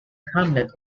hamlet